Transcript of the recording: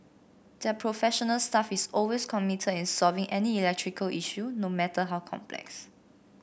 their professional staff is always committed in solving any electrical issue no matter how complex